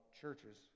churches